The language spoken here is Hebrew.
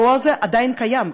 הרוע הזה עדיין קיים.